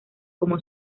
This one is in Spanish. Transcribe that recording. como